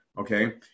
Okay